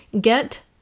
get